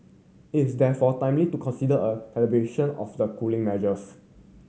it is therefore timely to consider a calibration of the cooling measures